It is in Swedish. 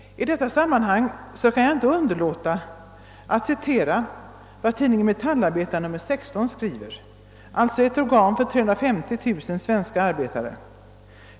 I detta sammanhang kan jag inte underlåta att citera vad tidningen Metallarbetaren nr 16 skriver — alltså ett organ för 330 000 arbetare i vårt land.